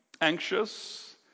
anxious